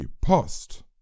Post